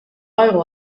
euro